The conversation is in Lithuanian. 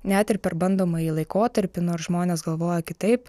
net ir per bandomąjį laikotarpį nors žmonės galvoja kitaip